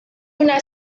una